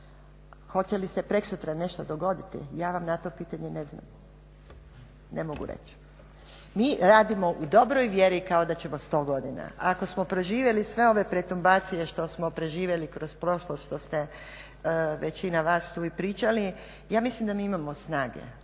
Hoće li se prekosutra nešto dogoditi ja vam na to pitanje ne znam, ne mogu reći. Mi radimo u dobroj vjeri kao da ćemo 100 godina. Ako smo preživjeli sve ove pretumbacije što smo proživjeli kroz prošlost što ste većina vas tu i pričali, ja mislim da mi imamo snage